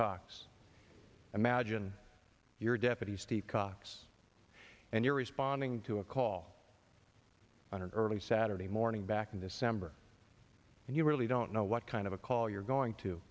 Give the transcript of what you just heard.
cox imagine your deputy steve cox and you're responding to a call on an early saturday morning back in the summer and you really don't know what kind of a call you're going to